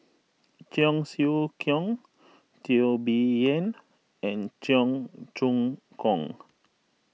Cheong Siew Keong Teo Bee Yen and Cheong Choong Kong